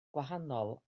gwahanol